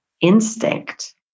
instinct